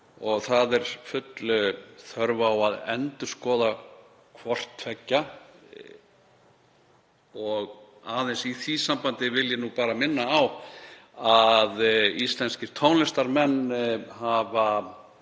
Það er full þörf á að endurskoða hvort tveggja. Og í því sambandi vil ég bara minna á að íslenskir tónlistarmenn hafa